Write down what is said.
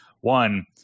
one